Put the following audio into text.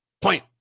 Point